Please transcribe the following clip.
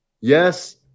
Yes